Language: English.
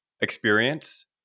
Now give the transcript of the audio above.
experience